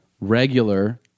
Regular